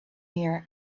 here